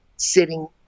sitting